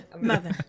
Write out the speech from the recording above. mother